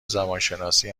زبانشناسی